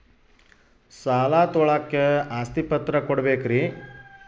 ಸಾಲ ತೋಳಕ್ಕೆ ಆಸ್ತಿ ಪತ್ರ ಕೊಡಬೇಕರಿ?